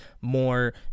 more